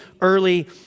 early